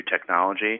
technology